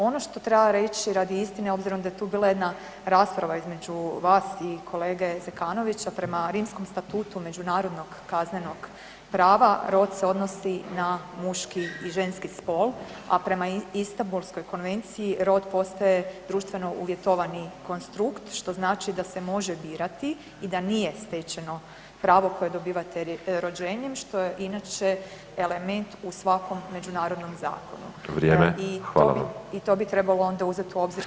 Ono što treba reći radi istine, obzirom da je tu bila jedna rasprava između vas i kolege Zekanovića, prema Rimskom statutu međunarodnog kaznenog prava rod se odnosi na muški i ženski spol, a prema Istambulskoj konvenciji rod postaje društveno uvjetovani konstrukt što znači da se može birati i da nije stečeno pravo koje dobivate rođenjem, što je inače element u svakom međunarodnom zakonu [[Upadica Škoro: Vrijeme, hvala vam.]] i to bi trebalo onda uzeti u obzir kod budućih rasprava.